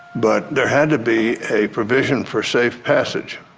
but there had to be a provision for safe passage,